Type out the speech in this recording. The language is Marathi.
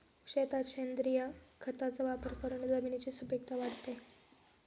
शेतात सेंद्रिय खताचा वापर करून जमिनीची सुपीकता वाढते